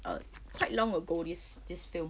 uh quite long ago this this film